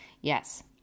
Yes